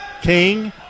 King